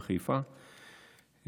בחיפה,